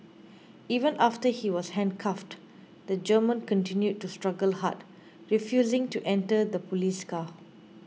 even after he was handcuffed the German continued to struggle hard refusing to enter the police car